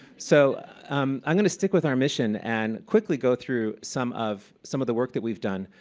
so um i'm going to stick with our mission and quickly go through some of some of the work that we've done.